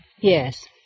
Yes